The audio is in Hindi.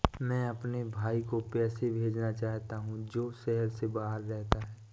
मैं अपने भाई को पैसे भेजना चाहता हूँ जो शहर से बाहर रहता है